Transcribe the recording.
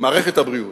מערכת הבריאות.